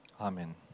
Amen